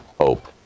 hope